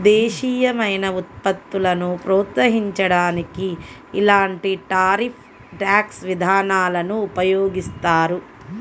దేశీయమైన ఉత్పత్తులను ప్రోత్సహించడానికి ఇలాంటి టారిఫ్ ట్యాక్స్ విధానాలను ఉపయోగిస్తారు